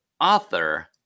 author